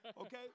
Okay